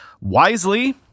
Wisely